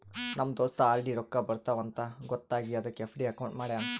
ನಮ್ ದೋಸ್ತ ಆರ್.ಡಿ ರೊಕ್ಕಾ ಬರ್ತಾವ ಅಂತ್ ಗೊತ್ತ ಆಗಿ ಅದಕ್ ಎಫ್.ಡಿ ಅಕೌಂಟ್ ಮಾಡ್ಯಾನ್